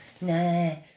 No